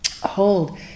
hold